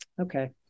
Okay